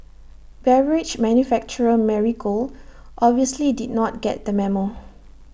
beverage manufacturer Marigold obviously did not get the memo